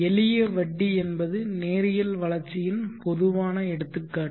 எளிய வட்டி என்பது நேரியல் வளர்ச்சியின் பொதுவான எடுத்துக்காட்டு